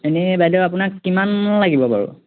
এনেই বাইদেউ আপোনাক কিমান লাগিব বাৰু